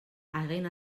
hagen